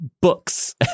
books